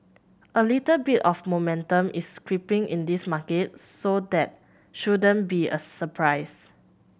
a little bit of momentum is creeping in this market so that shouldn't be a surprise